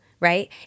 right